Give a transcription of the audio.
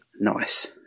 Nice